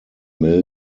mill